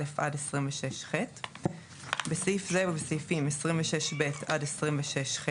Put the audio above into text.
עד 26ח 26א. בסעיף זה ובסעיפים 26ב עד 26ח,